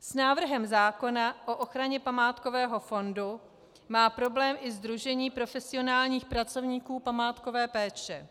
S návrhem zákona o ochraně památkového fondu má problém i Sdružení profesionálních pracovníků památkové péče.